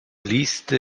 listy